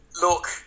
look